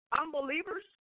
unbelievers